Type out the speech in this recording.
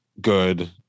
good